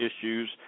issues